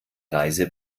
reise